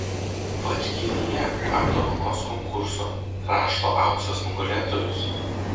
vadžgiryje apdovanos konkurso krašto auksas nugalėtojus